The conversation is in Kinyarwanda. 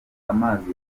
amazi